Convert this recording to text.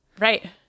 right